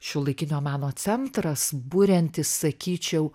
šiuolaikinio meno centras buriantis sakyčiau